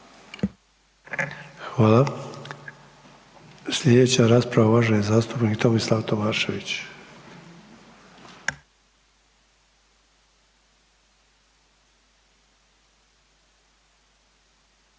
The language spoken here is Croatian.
Hvala. Slijedeća rasprava uvaženi zastupnik Tomislav Tomašević.